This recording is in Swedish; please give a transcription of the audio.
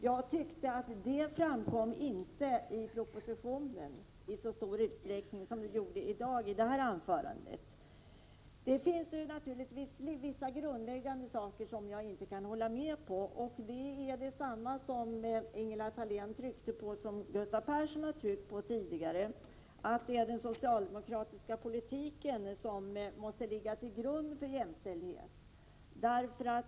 Jag tyckte att det inte framkom i propositionen i så stor utsträckning som i det anförande arbetsmarknadsministern höll här i dag. Det finns naturligtvis vissa grundläggande saker som jag inte kan hålla med om. Det gäller en fråga som Ingela Thalén särskilt ville framhålla och som Gustav Persson har understrukit tidigare. Man säger att det är den socialdemokratiska politiken som måste ligga till grund för jämställdheten.